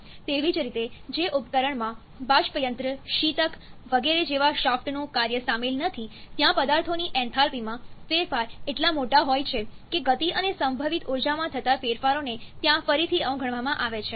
તેવી જ રીતે જે ઉપકરણમાં બાષ્પયંત્ર શીતક વગેરે જેવા શાફ્ટનું કાર્ય સામેલ નથી ત્યાં પદાર્થોની એન્થાલ્પીમાં ફેરફાર એટલા મોટા હોય છે કે ગતિ અને સંભવિત ઊર્જામાં થતા ફેરફારોને ત્યાં ફરીથી અવગણવામાં આવે છે